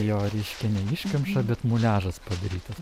jo reiškia ne iškamša bet muliažas padarytas